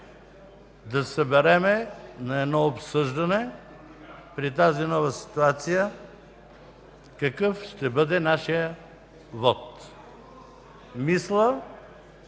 се съберем на едно обсъждане – при тази нова ситуация какъв ще бъде нашият вот. Мисля,